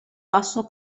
basso